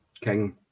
King